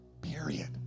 period